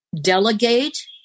delegate